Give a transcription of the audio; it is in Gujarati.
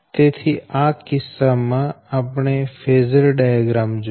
તેથી આ કિસ્સામાં આપણે ફેઝર ડાયાગ્રામ જોઈએ